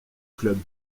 club